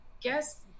guess